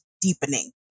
deepening